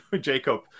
Jacob